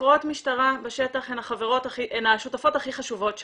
חוקרות המשטרה בשטח הן השותפות הכי חשובות שלנו.